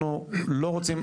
אנחנו לא רוצים,